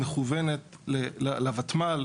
מכוונת לותמ"ל.